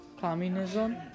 Communism